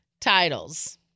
titles